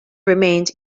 remained